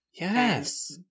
Yes